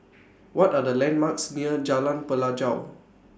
What Are The landmarks near Jalan Pelajau